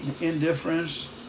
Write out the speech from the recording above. indifference